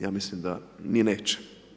Ja mislim da ni neće.